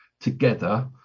together